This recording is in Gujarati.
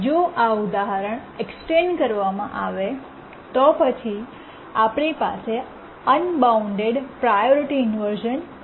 જો આ ઉદાહરણ એક્સટેન્ડ કરવામાં આવે તો પછી આપણી પાસે અનબાઉન્ડ પ્રાયોરિટી ઇન્વર્શ઼ન છે